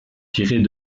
tirés